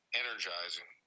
energizing